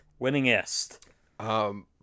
Winningest